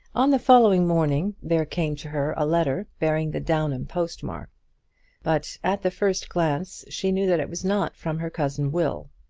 on the following morning there came to her a letter bearing the downham post-mark but at the first glance she knew that it was not from her cousin will.